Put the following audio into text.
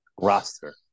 roster